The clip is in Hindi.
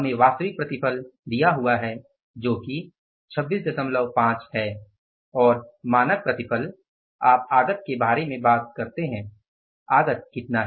हमें वास्तविक प्रतिफल दिया हुआ है जो कि 265 है और मानक प्रतिफल आप आगत के बारे में बात करते हैं आगत कितना है